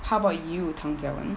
how about you tang jia wen